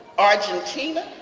argentina,